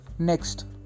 next